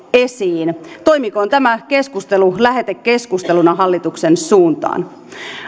esiin toimikoon tämä keskustelu lähetekeskusteluna hallituksen suuntaan